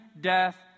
death